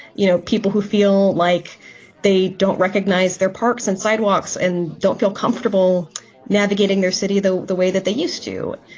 you know, people who feel like they don't recognize their parks and sidewalks and don't feel comfortable navigating their city, though, the way that they used to.